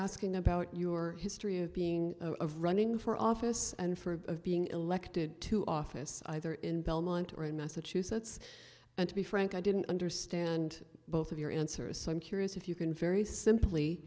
asking about your history of being of running for office and for of being elected to office either in belmont or in massachusetts and to be frank i didn't understand both of your answers so i'm curious if you can very simply